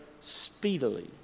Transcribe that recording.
speedily